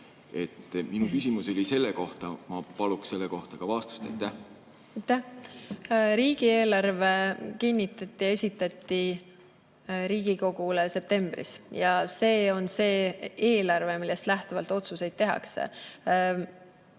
Minu küsimus oli selle kohta ja ma paluksin selle kohta vastust. Aitäh! Riigieelarve kinnitati ja esitati Riigikogule septembris ja see on see eelarve, millest lähtuvalt otsuseid tehakse.